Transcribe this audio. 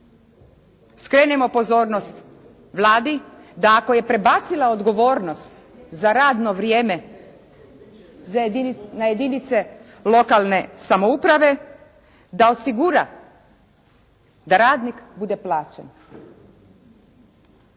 skrenemo pozornost Vladi, da ako je prebacila odgovornost za radno vrijeme na jedinice lokalne samouprave da osigura da radnik bude plaćen.